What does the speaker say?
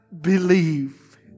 believe